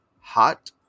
Hot